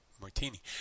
martini